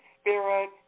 spirit